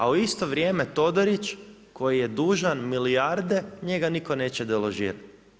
A u isto vrijeme Todorić koji je dužan milijarde njega nitko neće deložirati.